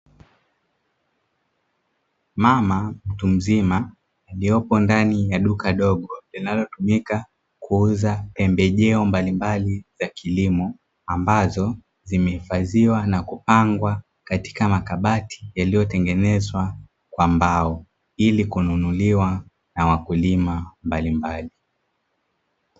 Mama mtu mzima aliyepo ndani ya duka dogo linalotumika kuuza pembejeo mbalimbali za kilimo, ambazo zimehifadhiwa na kupangwa katika makabati yaliyotengenezwa kwa mbao, ili kununuliwa na wakulima mbalimbali.